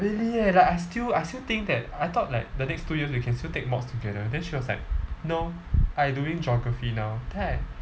really eh like I still I still think that I thought like the next two years we can still take mods together then she was like no I doing geography now then I